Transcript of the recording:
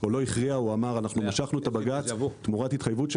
אנחנו משכנו את הבג"ץ תמורת התחייבות של